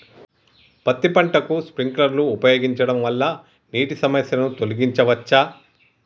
పత్తి పంటకు స్ప్రింక్లర్లు ఉపయోగించడం వల్ల నీటి సమస్యను తొలగించవచ్చా?